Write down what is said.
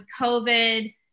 COVID